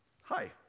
Hi